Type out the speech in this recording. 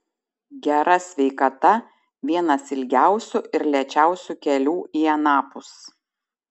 gera sveikata vienas ilgiausių ir lėčiausių kelių į anapus